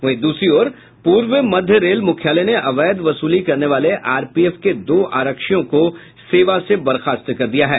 वहीं दूसरी ओर पूर्व मध्य रेल मुख्यालय ने अवैध वसूली करने वाले आरपीएफ के दो आरक्षियों को सेवा से बर्खास्त कर दिया है